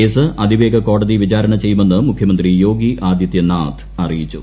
case അതിവേഗ കോടതി വിചാരണ ചെയ്യുമെന്ന് മുഖ്യമന്ത്രി യോഗി ആദിത്യ നാഥ് അറിയിച്ചു